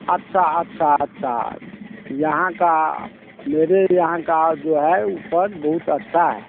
अच्छा अच्छा अच्छा यहाँ का मेरे यहाँ का जो है उपज बहुत अच्छा है